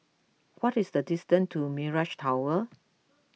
what is the distance to Mirage Tower